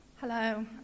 Hello